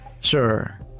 Sure